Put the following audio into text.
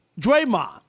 Draymond